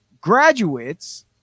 graduates